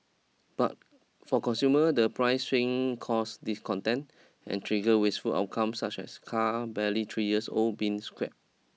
but for consumers the price swings cause discontent and trigger wasteful outcomes such as cars barely three years old being scrapped